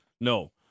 no